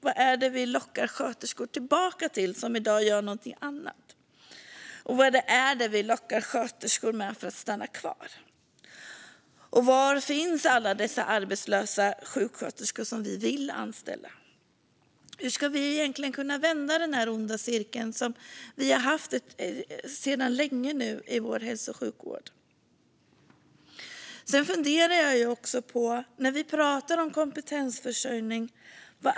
Vad är det vi lockar sköterskor som i dag gör något annat tillbaka till? Vad är det vi lockar sköterskor med för att de ska stanna kvar? Var finns alla dessa arbetslösa sjuksköterskor som vi vill anställa? Hur ska vi egentligen ta oss ur den onda cirkel som vi länge befunnit oss i inom hälso och sjukvården? Jag funderar även på en annan sak.